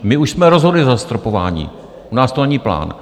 My už jsme rozhodli o zastropování, u nás to není plán.